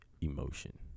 Emotion